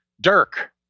Dirk